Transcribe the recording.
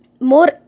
more